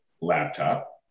laptop